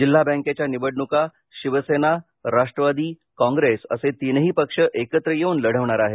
जिल्हा बॅकेच्या निवडणुका शिवसेना राष्ट्रवादी कॉंग्रेस असे तीनही पक्ष एकत्र येवून लढवणार आहेत